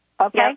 okay